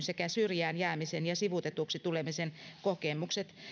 sekä syrjään jäämisen ja sivuutetuksi tulemisen kokemukset